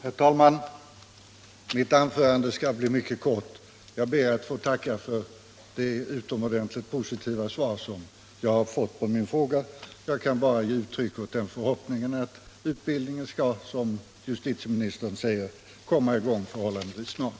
Herr talman! Mitt anförande skall bli mycket kort. Jag ber att få tacka justitieministern för det utomordentligt positiva svar som jag har fått på min fråga. Jag kan bara ge uttryck åt den förhoppningen att utbildningen skall, som justitieministern säger, komma i gång förhållandevis snart.